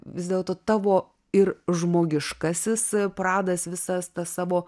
vis dėlto tavo ir žmogiškasis pradas visas tas savo